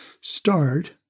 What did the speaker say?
start